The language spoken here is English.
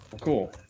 cool